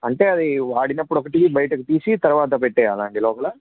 అంటే అది వాడినప్పుడు ఒకటి బయటకి తీసి తర్వాత పెట్టేయాలాండి లోపల